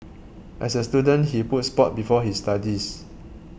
as a student he put sport before his studies